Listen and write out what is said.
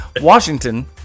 Washington